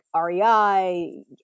REI